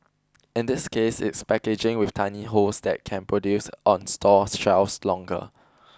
in this case it's packaging with tiny holes that can produce on store shelves longer